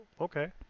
okay